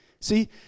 See